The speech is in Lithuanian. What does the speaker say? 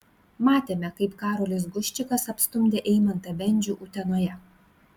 matėme kaip karolis guščikas apstumdė eimantą bendžių utenoje